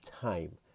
time